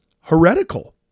heretical